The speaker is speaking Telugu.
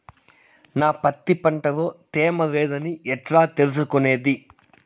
నా పత్తి పంట లో తేమ లేదని ఎట్లా తెలుసుకునేది?